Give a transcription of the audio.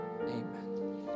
Amen